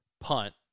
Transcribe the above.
punt